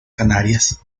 canarias